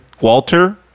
Walter